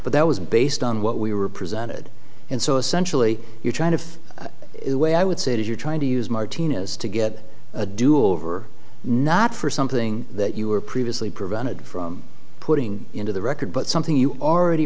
but that was based on what we were presented and so essentially you're trying to weigh i would say that you're trying to use martinez to get a do over not for something that you were previously prevented from putting into the record but something you already